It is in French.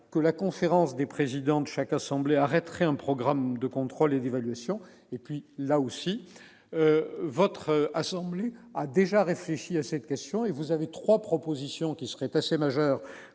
que la conférence des présidents de chaque assemblée arrête un programme de contrôle et d'évaluation. Là aussi, notre assemblée a déjà réfléchi à cette question et formulé trois propositions : élargir à toutes